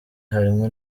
harimwo